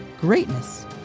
greatness